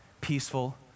peaceful